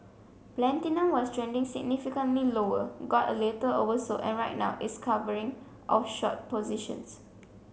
platinum was trending significantly lower got a little oversold and right now it's covering of short positions